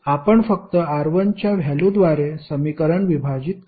आपण फक्त R1 च्या व्हॅल्युद्वारे समीकरण विभाजित करू